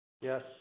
Yes